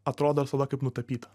atrodo sala kaip nutapyta